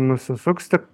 nusisuks tik